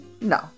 No